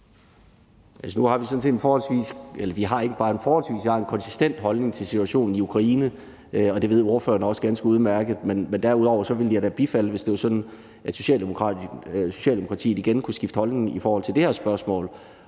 16:32 Peder Hvelplund (EL): Vi har en konsistent holdning til situationen i Ukraine, og det ved spørgeren også ganske udmærket. Men derudover ville jeg da bifalde det, hvis det var sådan, at Socialdemokratiet igen kunne skifte holdning i forhold til det her spørgsmål